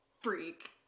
freak